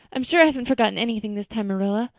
i'm sure i haven't forgotten anything this time, marilla.